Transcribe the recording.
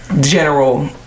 General